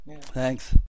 Thanks